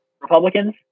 Republicans